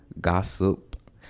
gossip